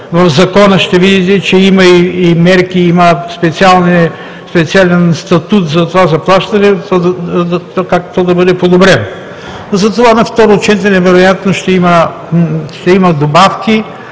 В Закона ще видите, че има и мерки, има специален статут за това заплащане – как то да бъде подобрено. На второ четене вероятно ще има добавки